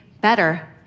better